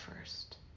first